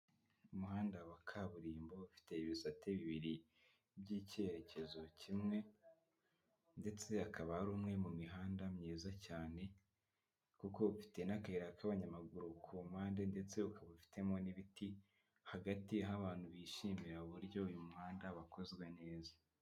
Umuhanda wa kaburimbo ufite ibisate bibiri by'icyerekezo kimwe ndetse akaba ari umwe mu mihanda myiza cyane kuko ufite n'akayira k'abanyamaguru ku mpande ndetse ukaba ufitemo n'ibiti hagati, aho abantu bishimira uburyo uyu muhanda wakozwe neza.